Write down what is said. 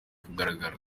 kugaragara